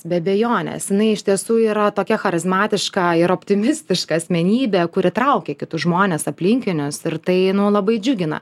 be abejonės jinai iš tiesų yra tokia charizmatiška ir optimistiška asmenybė kuri traukia kitus žmones aplinkinius ir tai labai džiugina